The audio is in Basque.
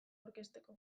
aurkezteko